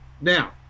Now